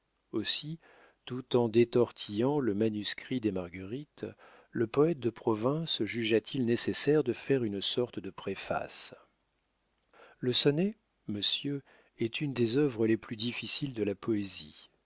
aussi tout en détortillant le manuscrit des marguerites le poète de province jugea-t-il nécessaire de faire une sorte de préface le sonnet monsieur est une des œuvres les plus difficiles de la poésie